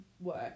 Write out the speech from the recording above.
work